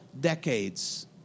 decades